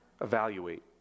evaluate